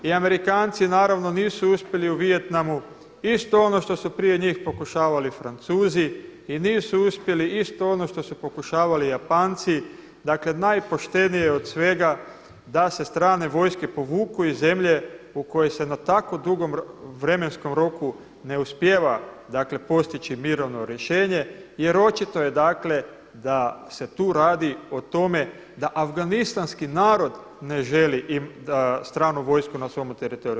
I Amerikanci naravno nisu uspjeli u Vijetnamu isto ono što prije njih pokušavali Francuzi i nisu uspjeli isto ono što su pokušavali Japanci, dakle najpoštenije od svega da se strane vojske povuku iz zemlje u kojoj se na tako dugom vremenskom roku ne uspijeva postići mirovino rješenje jer očito je da se tu radi o tome da Afganistanski narod ne želi stranu vojsku na svome teritoriju.